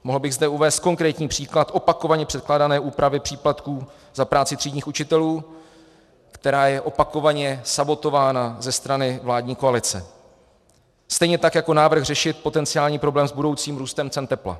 Mohl bych zde uvést konkrétní příklad opakovaně předkládané úpravy příplatků za práci třídních učitelů, která je opakovaně sabotována ze strany vládní koalice, stejně tak jako návrh řešit potenciální problém s budoucím růstem cen tepla.